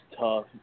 tough